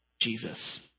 Jesus